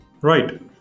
Right